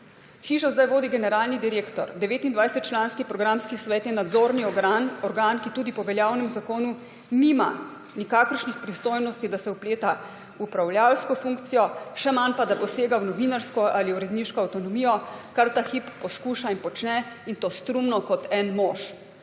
Hišo zdaj vodi generalni direktor. 29-članski programski svet je nadzorni organ, ki tudi po veljavnem zakonu nima nikakršnih pristojnosti, da se vpleta v upravljavsko funkcijo, še manj pa, da posega v novinarsko ali uredniško avtonomijo, kar ta hip poskuša in počne, in to strumno kot en mož.